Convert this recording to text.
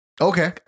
Okay